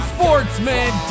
Sportsman